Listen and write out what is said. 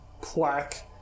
plaque